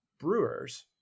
brewers